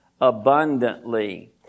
abundantly